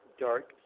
dark